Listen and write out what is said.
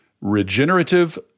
Regenerative